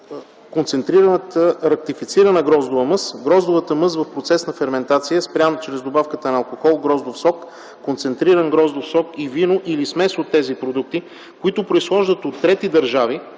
концентрираната рактифицирана гроздова мъст, гроздовата мъст в процес на ферментация, спряна чрез добавката на алкохол, гроздов сок, концентриран гроздов сок и вино или смес от тези продукти, които произхождат от трети държави,